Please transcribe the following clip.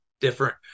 different